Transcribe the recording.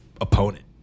opponent